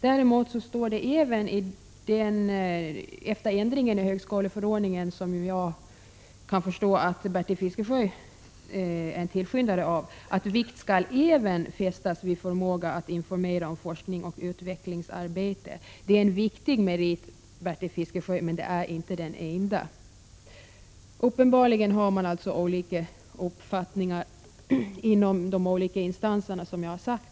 Däremot står det också efter ändringen i högskoleförordningen — som jag kan förstå att Bertil Fiskesjö är tillskyndare till — att vikt även skall fästas vid förmåga att informera om forskningsoch utvecklingsarbete. Det är en viktig merit, Bertil Fiskesjö, men det är inte den enda. Uppenbarligen har de olika instanserna olika uppfattningar, som jag har sagt.